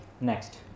next